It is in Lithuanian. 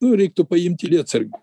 nu reiktų paimti lietsargį